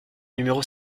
numéro